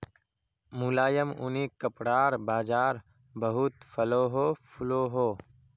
मुलायम ऊनि कपड़ार बाज़ार बहुत फलोहो फुलोहो